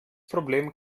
problem